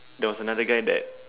there was another guy that